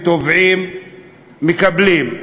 הם תובעים ומקבלים,